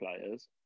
players